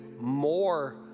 more